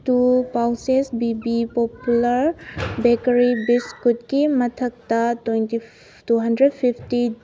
two pouches B B popular bakery ꯕꯤꯁꯀ꯭ꯋꯤꯠꯀꯤ ꯃꯊꯛꯇ two hundred fifty